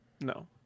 No